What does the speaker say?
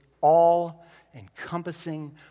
all-encompassing